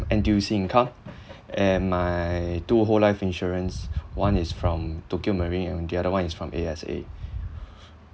N_T_U_C income and my two whole life insurance one is from tokio marine and the other one is from A_X_A